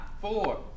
four